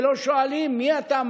ולא שואלים: מי אתה,